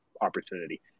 opportunity